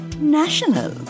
national